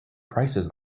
prices